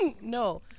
No